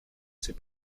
s’est